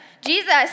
Jesus